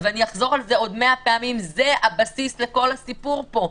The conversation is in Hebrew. אחזור על זה עוד מאה פעמים זה הבסיס לכל הסיפור פה.